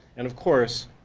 and of course,